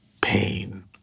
pain